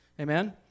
Amen